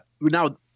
Now